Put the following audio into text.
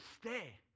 stay